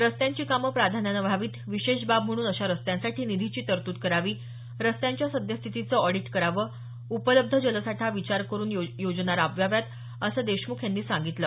रस्त्यांची कामे प्राधान्यानं व्हावीत विशेष बाब म्हणून अशा रस्त्यांसाठी निधीची तरतूद करावी रस्त्यांच्या सद्यस्थितीचं ऑडिट करावं उपलब्ध जलसाठा विचार घेऊन योजना राबवाव्यात असं देशमुख यांनी सांगितलं